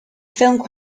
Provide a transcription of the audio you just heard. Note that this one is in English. film